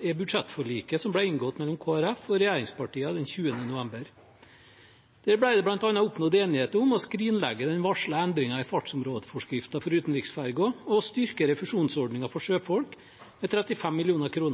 er budsjettforliket som ble inngått mellom Kristelig Folkeparti og regjeringspartiene den 20. november. Der ble det bl.a. oppnådd enighet om å skrinlegge den varslede endringen i fartsområdeforskriften for utenriksferger og styrke refusjonsordningen for sjøfolk med 35 mill. kr.